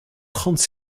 trente